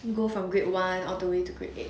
you go from grade one all the way to grade eight